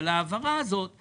ההעברה עליה דיברת איתי,